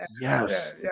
Yes